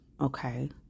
okay